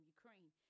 Ukraine